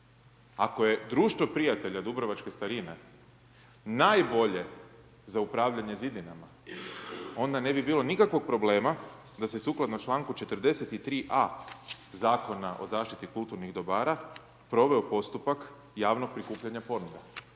Ako je Društvo prijatelja dubrovačkih starina najbolje za upravljanje zidinama, onda ne bi bilo nikakvog problema da se sukladno čl. 43.a. Zakona o zaštiti kulturnih dobara proveo postupak javnog prikupljanja ponuda.